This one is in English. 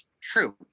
true